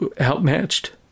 outmatched